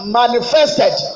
manifested